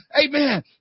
amen